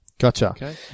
Gotcha